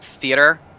theater